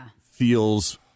feels